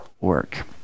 work